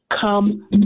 come